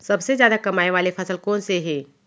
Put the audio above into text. सबसे जादा कमाए वाले फसल कोन से हे?